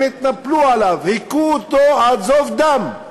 הם התנפלו עליו, הכו אותו עד זוב דם.